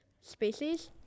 species